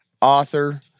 author